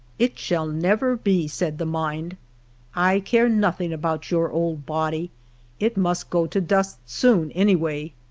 it shall never be, said the mind i care nothing about your old body it must go to dust soon, any way.